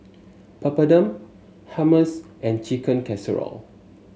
Papadum Hummus and Chicken Casserole